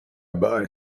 bye